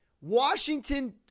Washington